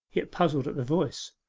yet puzzled at the voice.